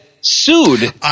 sued